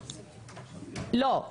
לא,